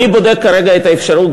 אני בודק כרגע את האפשרות,